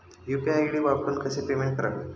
UPI ID वापरून कसे payment करावे?